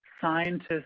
scientists